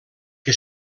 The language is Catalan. que